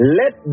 let